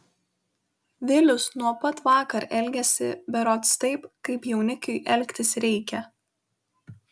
vilius nuo pat vakar elgiasi berods taip kaip jaunikiui elgtis reikia